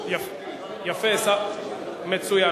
התמרור, יפה, מצוין.